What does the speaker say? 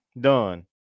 done